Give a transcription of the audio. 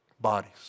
bodies